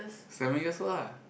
seven years old ah